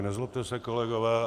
Nezlobte se, kolegové.